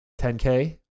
10k